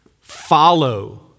follow